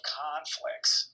conflicts